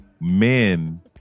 men